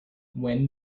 when